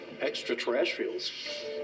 extraterrestrials